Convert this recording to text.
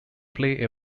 play